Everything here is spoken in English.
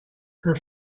her